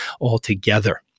altogether